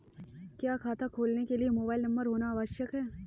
क्या खाता खोलने के लिए मोबाइल नंबर होना आवश्यक है?